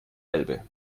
elbe